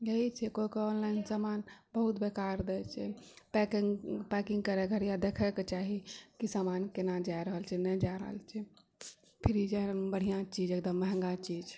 यहि छै कोइ कोइ ऑनलाइन सामान बहुत बेकार दै छै पैकिङ्ग पैकिङ्ग करै बेरिया देखैके चाही कि सामान कोना जा रहल छै नहि जा रहल छै फ्रीजे हम महङ्गा चीज बढ़िआँ चीज